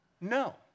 No